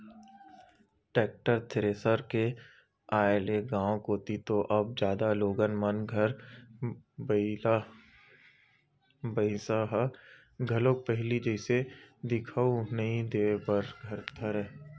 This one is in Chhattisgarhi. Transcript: टेक्टर, थेरेसर के आय ले गाँव कोती तो अब जादा लोगन मन घर बइला भइसा ह घलोक पहिली जइसे दिखउल नइ देय बर धरय